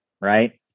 right